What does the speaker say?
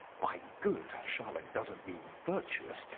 by good', shyiock doesn't mean virtuous,